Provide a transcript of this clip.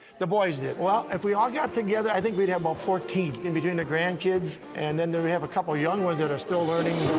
the boys did. if we all got together, i think we'd have about fourteen, in between the grandkids, and then then we have a couple young ones that are still learning.